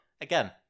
Again